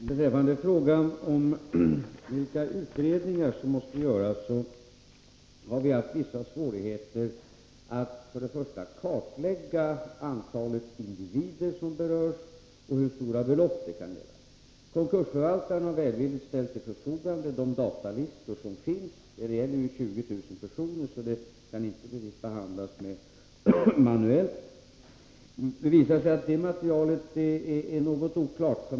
Herr talman! Beträffande vilka utredningar som måste göras vill jag säga att vi för det första har haft vissa svårigheter att kartlägga antalet individer som berörs och hur stora belopp det kan gälla. Konkursförvaltaren har välvilligt ställt till förfogande de datalistor som finns — det gäller ju 20000 personer, så detta kan inte behandlas manuellt — men det visar sig att det materialet är något oklart.